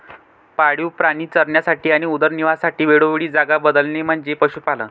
पाळीव प्राणी चरण्यासाठी आणि उदरनिर्वाहासाठी वेळोवेळी जागा बदलणे म्हणजे पशुपालन